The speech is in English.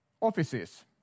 Offices